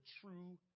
true